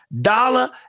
dollar